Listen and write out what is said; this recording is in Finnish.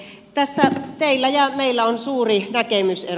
tässä teillä ja meillä on suuri näkemysero